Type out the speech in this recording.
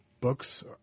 books